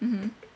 mmhmm